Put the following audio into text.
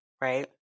right